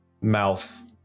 mouth